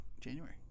January